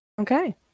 Okay